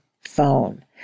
phone